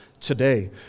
today